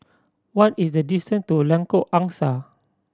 what is the distance to Lengkok Angsa